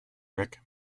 rick